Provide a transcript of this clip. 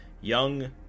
young